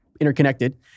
interconnected